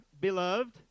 beloved